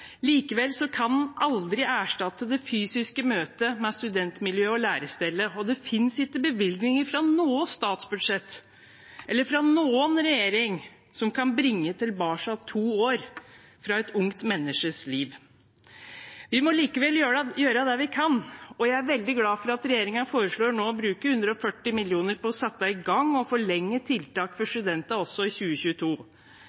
kan en aldri erstatte det fysiske møtet med studentmiljøet og lærestedet. Det finnes ikke bevilgninger fra noe statsbudsjett eller fra noen regjering som kan bringe tilbake to år fra et ungt menneskes liv. Vi må likevel gjøre det vi kan, og jeg er veldig glad for at regjeringen foreslår å bruke 140 mill. kr på å sette i gang og forlenge tiltak for